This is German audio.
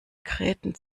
gräten